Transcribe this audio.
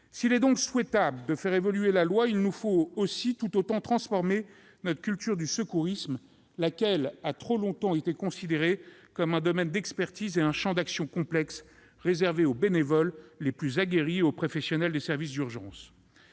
S'il est donc souhaitable de faire évoluer la loi, il nous faut tout autant transformer notre culture du secourisme, lequel a trop longtemps été considéré comme un domaine d'expertise et un champ d'action complexe réservé aux bénévoles les plus aguerris et aux professionnels des services d'urgence.